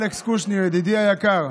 אלכס קושניר, ידידי היקר,